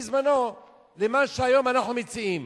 בזמנו למה שהיום אנחנו מציעים.